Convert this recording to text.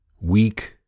weak